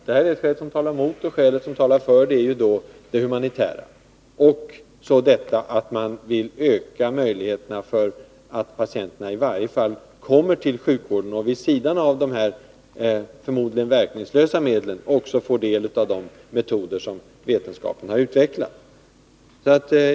Det här är ett skäl som talar mot, och skälet som talar för är det humanitära och så detta att man vill öka möjligheterna för att patienterna i varje fall kommer till sjukvården och vid sidan av de här — förmodligen verkningslösa — medlen får del av de metoder som vetenskapen har utvecklat.